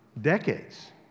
decades